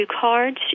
cards